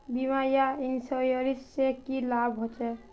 बीमा या इंश्योरेंस से की लाभ होचे?